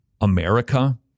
America